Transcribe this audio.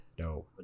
No